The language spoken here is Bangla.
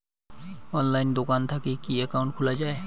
অনলাইনে দোকান থাকি কি একাউন্ট খুলা যায়?